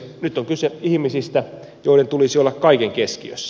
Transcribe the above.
nyt on kyse ihmisistä joiden tulisi olla kaiken keskiössä